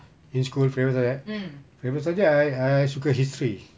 in school favourite subject favourite subject I I suka history